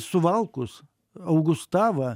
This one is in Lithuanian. suvalkus augustavą